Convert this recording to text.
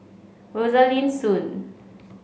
Rosaline Soon